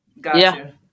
Gotcha